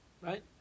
right